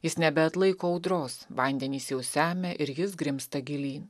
jis nebeatlaiko audros vandenys jau semia ir jis grimzta gilyn